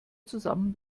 zusammen